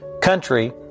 country